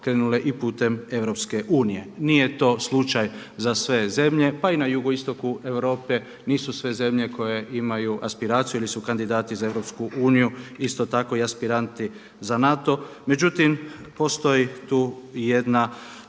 krenule i putem EU. Nije to slučaj za sve zemlje. Pa i na jugoistoku Europe nisu sve zemlje koje imaju aspiraciju ili su kandidati za EU isto tako i aspiranti za NATO. Međutim, postoji tu i jedna